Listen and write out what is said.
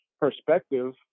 perspective